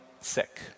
sick